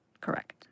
Correct